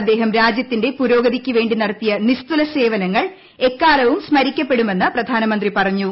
അദ്ദേഹം രാജൃത്തിന്റെ പുരോഗതിക്ക് വേണ്ടി നടത്തിയ നിസ്തുല സേവനങ്ങൾ എക്കാലവും സ്മരിക്കപെടുമെന്ന് പ്രധാനമന്ത്രി പറഞ്ഞു